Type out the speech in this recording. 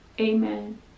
amen